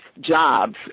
jobs